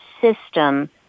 system